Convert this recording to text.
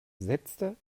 setzte